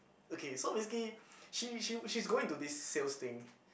okay so basically she she she's going into this sales thing